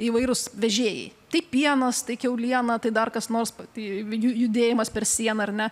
įvairūs vežėjai tai pienas tai kiauliena tai dar kas nors tai ju judėjimas per sieną ar ne